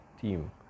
team